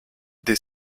des